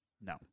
No